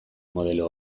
modelo